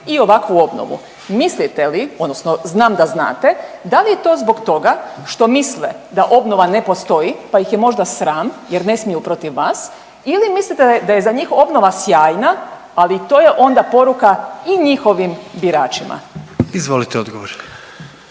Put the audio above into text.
i ovakvu obnovu. Mislite li odnosno znam da znate, dal je to zbog toga što misle da obnova ne postoji, pa ih je možda sram jer ne smiju protiv vas ili mislite da je za njih obnova sjajna, ali i to je onda poruka i njihovim biračima. **Jandroković,